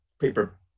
paper